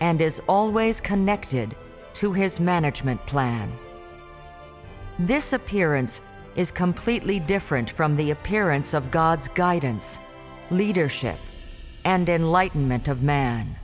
and is always connected to his management plan this appearance is completely different from the appearance of god's guidance leadership and enlightenment of man